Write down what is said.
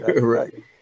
right